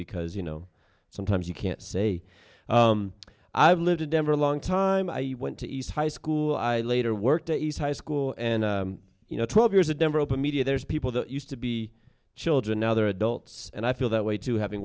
because you know sometimes you can't say i've lived in denver a long time i went to east high school i later worked at east high school and you know twelve years a denver open media there's people that used to be children other adults and i feel that way too having